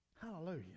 Hallelujah